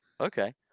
Okay